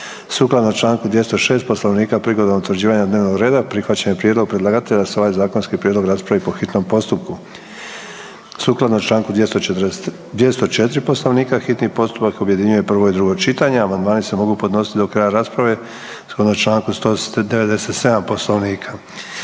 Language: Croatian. Sukladno Članku 206. Poslovnika prigodom utvrđivanja dnevnog reda prihvaćen je prijedlog predlagatelja da se ovaj zakonski prijedlog raspravi po hitnom postupku. Sukladno Članku 204. Poslovnika hitni postupak objedinjuje prvo i drugo čitanje. Amandmani se mogu podnositi do kraja rasprave sukladno Članku 197. Poslovnika.